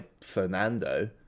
Fernando